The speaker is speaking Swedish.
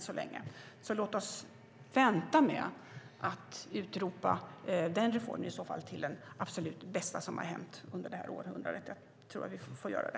Låt oss därför vänta med att utropa den reformen till det bästa som hänt under detta århundrade.